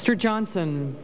sir johnson